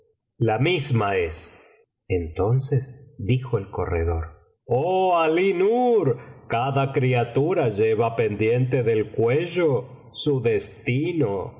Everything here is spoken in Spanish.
noche misma es entonces dijo el corredor oh alí nur cada criatura lleva pendiente del cuello su destino y